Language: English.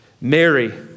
Mary